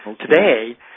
today